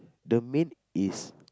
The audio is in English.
the main is